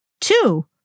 Two